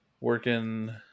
working